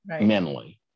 mentally